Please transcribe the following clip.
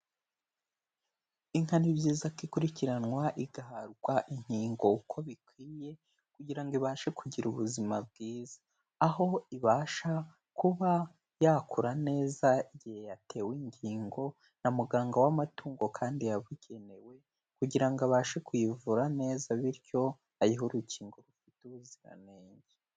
Inka ni byiza ko ikurikiranwa igahabwa inkingo uko bikwiye, kugira ngo ibashe kugira ubuzima bwiza. Aho ibasha kuba yakura neza, igihe yatewe ingingo na muganga w'amatungo kandi yabugenewe, kugira ngo abashe kuyivura neza bityo ayihe urukingo rufite ubuziranenge.